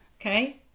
Okay